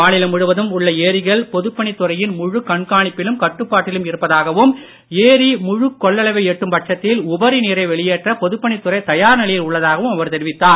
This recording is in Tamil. மாநிலம் முழுவதும் உள்ள ஏரிகள் பொதுப்பணித் துறையின் முழுக் கண்காணிப்பிலும் கட்டுப்பாட்டிலும் இருப்பதாகவும் ஏரி முழுக் கொள்ளளவை எட்டும் பட்சத்தில் உபரி நீரை வெளியேற்ற பொதுப்பணித் துறை தயார் நிலையில் உள்ளதாகவும் அவர் தெரிவித்தார்